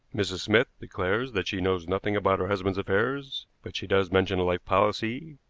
mrs. smith declares that she knows nothing about her husband's affairs, but she does mention a life policy,